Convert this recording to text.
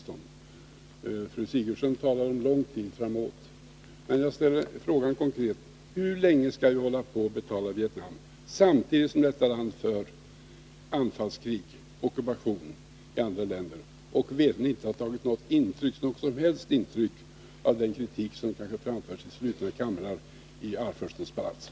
Fru Sigurdsen talar om en lång tid framöver. Och jag ställer frågan konkret: Hur länge skall vi hålla på och betala till Vietnam samtidigt som detta land för anfallskrig i andra länder? Veterligen har Vietnams regering inte tagit något som helst intryck av den kritik som kanske har framförts i slutna kamrar i Arvfurstens palats.